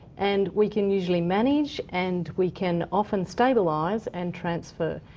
and we can usually manage, and we can often stabilise and transfer.